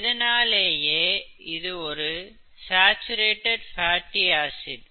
இதனாலேயே இது ஒரு சாச்சுரேட்டட் ஃபேட்டி ஆசிட்